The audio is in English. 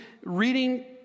reading